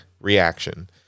reaction